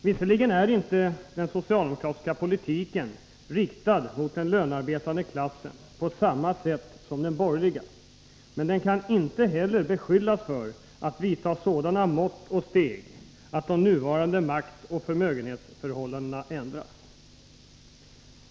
Visserligen är inte den socialdemokratiska politiken riktad mot den lönearbetande klassen på samma sätt som den borgerliga politiken, men socialdemokraterna kan inte heller beskyllas för att vidta sådana mått och steg att de nuvarande maktoch förmögenhetsförhållandena ändras.